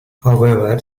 however